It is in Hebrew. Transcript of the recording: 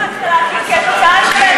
תוצאה?